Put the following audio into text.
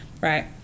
Right